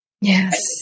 Yes